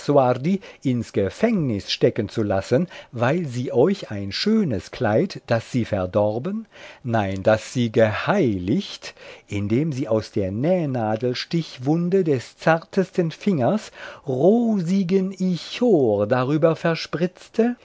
ins gefängnis stecken zu lassen weil sie euch ein schönes kleid das sie verdorben nein das sie geheiligt indem sie aus der nähnadelstichwunde des zartesten fingers rosigen ichor darüber